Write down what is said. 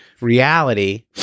reality